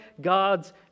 God's